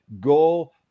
go